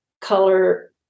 color